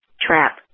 Trap